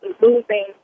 losing